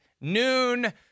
noon